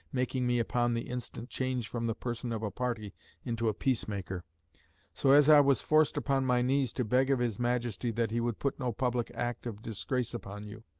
making me upon the instant change from the person of a party into a peace-maker so as i was forced upon my knees to beg of his majesty that he would put no public act of disgrace upon you,